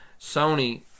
Sony